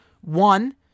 One